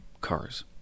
cars